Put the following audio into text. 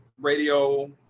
radio